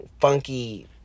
funky